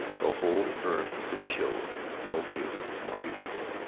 the whole earth could show no view more beautiful.